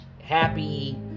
happy